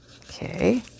okay